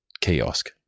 kiosk